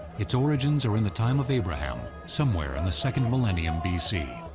its origins are in the time of abraham, somewhere in the second millennium b c.